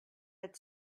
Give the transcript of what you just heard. had